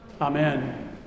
amen